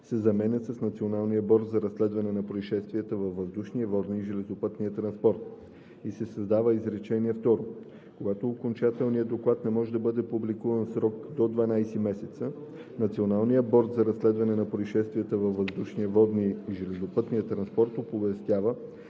се заменят с „Националния борд за разследване на произшествия във въздушния, водния и железопътния транспорт“ и се създава изречение второ: „Когато окончателният доклад не може да бъде публикуван в срок до 12 месеца, Националният борд за разследване на произшествия във въздушния, водния и железопътния транспорт оповестява